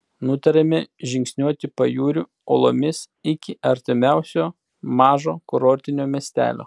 nutarėme žingsniuoti pajūriu uolomis iki artimiausio mažo kurortinio miestelio